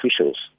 officials